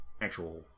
actual